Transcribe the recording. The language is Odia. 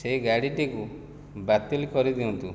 ସେହି ଗାଡ଼ିଟିକୁ ବାତିଲ କରିଦିଅନ୍ତୁ